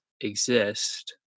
exist